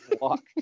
Walk